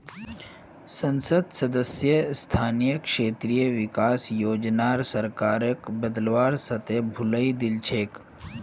संसद सदस्य स्थानीय क्षेत्र विकास योजनार सरकारक बदलवार साथे भुलई दिल छेक